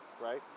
right